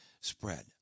spread